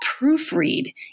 proofread